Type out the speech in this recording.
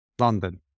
London